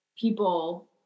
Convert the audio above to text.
people